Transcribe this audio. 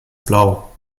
blau